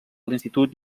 l’institut